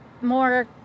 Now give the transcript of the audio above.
more